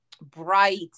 bright